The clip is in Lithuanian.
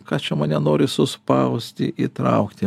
ką čia mane nori suspausti įtraukti